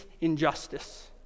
injustice